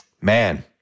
man